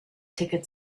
ticket